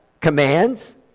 commands